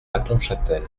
hattonchâtel